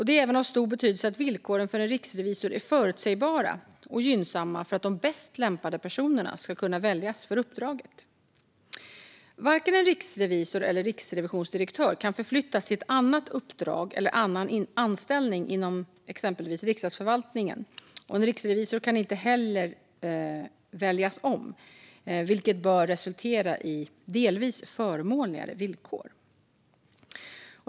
Det är även av stor betydelse att villkoren för en riksrevisor är förutsägbara och gynnsamma för att de bäst lämpade personerna ska kunna väljas för uppdraget. Varken en riksrevisor eller riksrevisionsdirektör kan förflyttas till ett annat uppdrag eller en annan anställning inom exempelvis Riksdagsförvaltningen. En riksrevisor kan inte heller väljas om, vilket bör resultera i delvis förmånligare villkor.